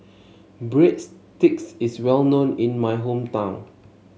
breadsticks is well known in my hometown